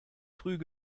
früh